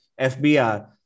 FBR